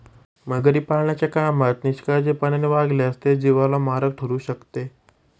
मगरी पाळण्याच्या कामात निष्काळजीपणाने वागल्यास ते जीवाला मारक ठरू शकते